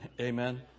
Amen